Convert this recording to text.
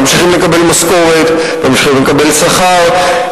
הם ממשיכים לקבל משכורת,